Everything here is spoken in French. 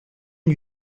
lui